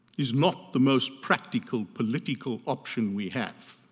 is not the most practical political option we have.